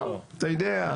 לא, אתה יודע.